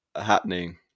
happening